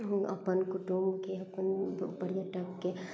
अपन कुटुम्बके अपन पर्यटकके